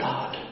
God